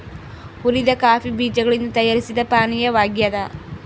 ಹುರಿದ ಕಾಫಿ ಬೀಜಗಳಿಂದ ತಯಾರಿಸಿದ ಪಾನೀಯವಾಗ್ಯದ